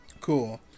cool